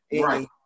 Right